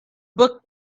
book